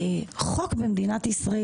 חוק במדינת ישראל,